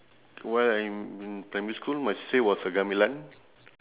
while I am in primary school my C_C_A was uh gamelan